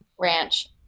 Ranch